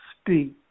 speak